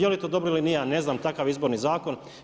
Je li to dobro ili nije, ja ne znam takav je Izborni zakon.